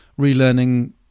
relearning